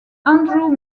andrew